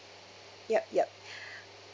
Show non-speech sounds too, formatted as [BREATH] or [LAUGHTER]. ya ya [BREATH]